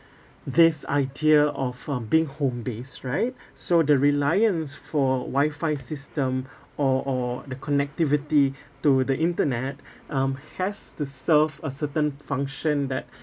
this idea of um being home based right so the reliance for wifi system or or the connectivity to the internet um has to serve a certain function that